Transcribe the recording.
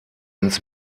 ins